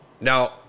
Now